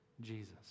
Jesus